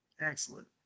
Excellent